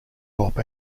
hop